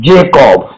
Jacob